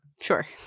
sure